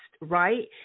right